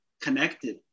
connected